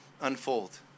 unfold